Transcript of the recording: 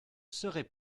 serait